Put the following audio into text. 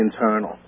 internal